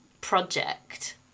project